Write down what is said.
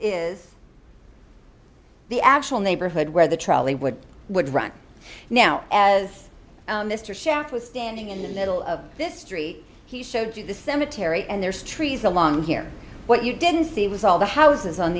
is the actual neighborhood where the trolley would would run now as mr shack was standing in the middle of this street he showed you the cemetery and there's trees along here what you didn't see was all the houses on